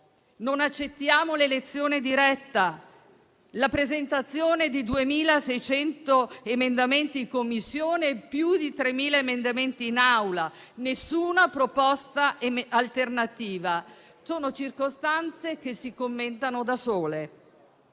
non accettiamo l'elezione diretta; la presentazione di 2.600 emendamenti in Commissione e più di 3.000 emendamenti in Aula; nessuna proposta alternativa. Sono circostanze che si commentano da sole.